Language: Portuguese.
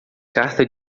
carta